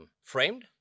framed